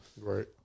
Right